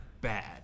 bad